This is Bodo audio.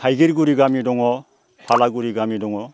थाइगिर गुरि गामि दङ फालागुरि गामि दङ